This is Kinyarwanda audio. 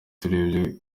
turebye